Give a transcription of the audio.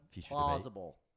plausible